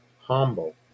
humble